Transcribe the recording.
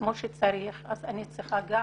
וכמו שצריך, אני צריכה גב.